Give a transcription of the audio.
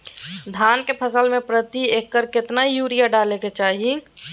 धान के फसल में प्रति एकड़ कितना यूरिया डाले के चाहि?